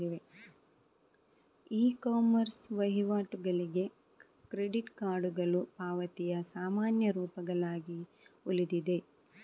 E commerce ವಹಿವಾಟುಗಳಿಗೆ credit ಕಾರ್ಡುಗಳು ಪಾವತಿಯ ಸಾಮಾನ್ಯ ರೂಪಗಳಾಗಿ ಉಳಿದಿವೆ